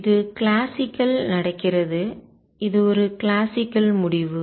இது கிளாசிக்கல் நடக்கிறது இது ஒரு கிளாசிக்கல் முடிவு